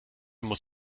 muss